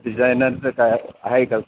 डिझायनरचं काय आहे का